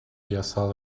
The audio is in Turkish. yasal